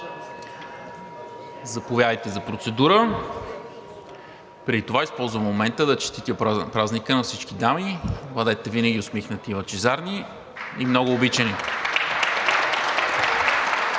Заповядайте за процедура. Преди това използвам момента, за да честитя празника на всички дами! Бъдете винаги усмихнати и лъчезарни и много обичани!